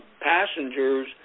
passengers